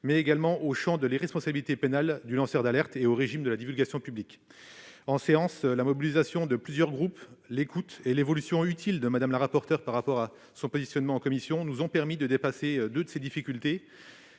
mais également le champ de l'irresponsabilité pénale du lanceur d'alerte et le régime de la divulgation publique. En séance, la mobilisation de plusieurs groupes, l'écoute et l'évolution utile du positionnement de Mme la rapporteure par rapport à celui qu'elle avait eu en commission nous ont permis de dépasser deux de ces difficultés.